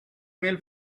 mail